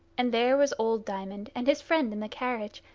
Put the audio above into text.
and there was old diamond and his friend in the carriage,